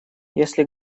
если